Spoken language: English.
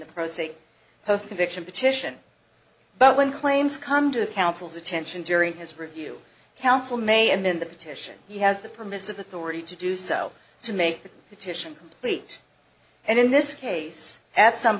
the prostate post conviction petition but when claims come to the counsel's attention during his review council may and then the petition he has the permissive authority to do so to make the petition complete and in this case at some